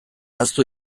ahaztu